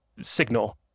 signal